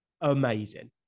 amazing